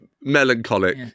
melancholic